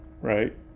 right